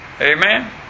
Amen